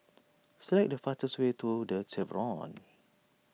select the fastest way to the Chevrons